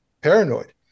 paranoid